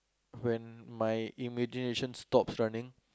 when my imagination stops running